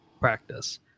Practice